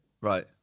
Right